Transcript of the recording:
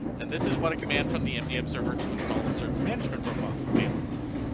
and this is what a command from the mdm server to install a certain management profile may look like.